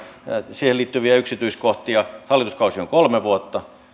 siihen liittyviä yksityiskohtia hallituskausi on kolme vuotta